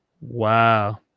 Wow